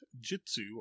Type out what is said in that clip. Jitsu